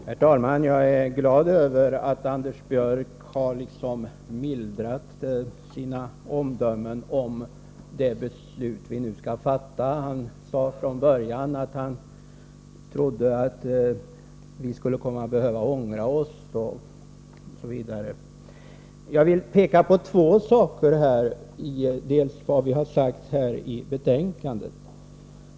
Herr talman! Jag är glad över att Anders Björck har mildrat sina omdömen om det beslut vi nu skall fatta; han sade från början att han trodde att vi skulle komma att behöva ångra oss osv. Jag vill peka på två saker som vi har sagt i betänkandet.